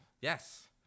Yes